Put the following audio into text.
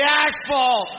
asphalt